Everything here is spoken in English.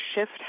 shift